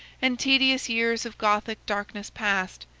and, tedious years of gothic darkness past,